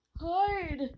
Hide